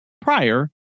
prior